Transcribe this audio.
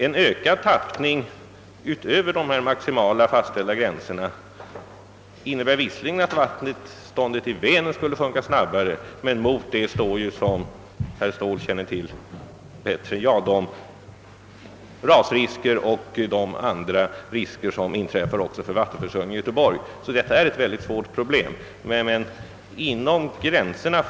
En tappning utöver de fastställda maximigränserna innebär visserligen att vattenståndet i Vänern skulle sjunka snabbare, men mot detta står, som herr Ståhl känner till bättre än jag, de rasrisker och de andra risker för vattenförsörjningen i Göteborg som då inträder. Detta är alltså ett mycket svårt avvägningsproblem.